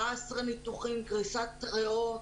17 ניתוחים, קריסת ריאות.